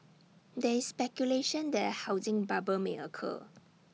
there is speculation that A housing bubble may occur